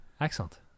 Excellent